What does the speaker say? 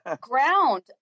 ground